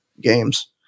Games